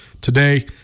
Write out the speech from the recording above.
today